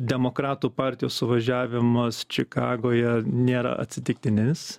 demokratų partijos suvažiavimas čikagoje nėra atsitiktinis